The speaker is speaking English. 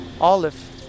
Olive